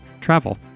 travel